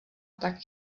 tak